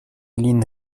lin